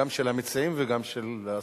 גם של המציעים וגם של השר.